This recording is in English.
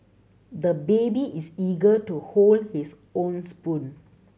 the baby is eager to hold his own spoon